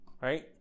right